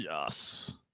Yes